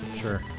Sure